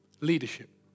Leadership